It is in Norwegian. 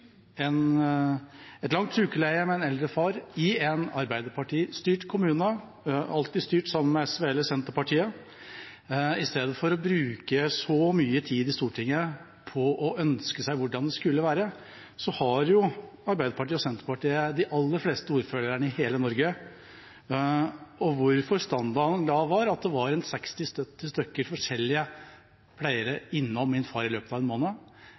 i et langt sykeleie i en Arbeiderparti-styrt kommune, alltid styrt sammen med SV eller Senterpartiet. I stedet for å bruke så mye tid i Stortinget på å ønske seg hvordan det skulle være: Arbeiderpartiet og Senterpartiet har de aller fleste ordførerne i hele Norge. Hvorfor var standarden da at det var 60–70 forskjellige pleiere innom min far i løpet av en måned?